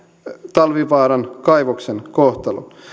talvivaaran kaivoksen kohtalon